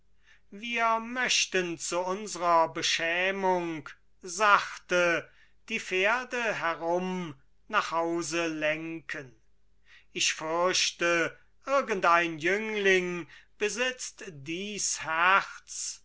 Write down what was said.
wir möchten zu unsrer beschämung sachte die pferde herum nach hause lenken ich fürchte irgendein jüngling besitzt dies herz